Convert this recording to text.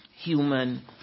human